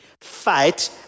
fight